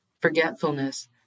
Forgetfulness